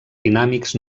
dinàmics